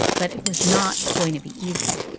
but it was not going to be easy.